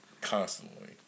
constantly